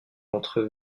contre